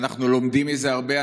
אנחנו לומדים מזה הרבה.